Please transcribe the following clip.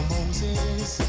Moses